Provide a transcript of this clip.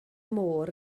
môr